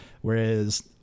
whereas